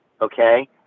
okay